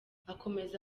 akomeza